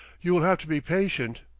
you will have to be patient,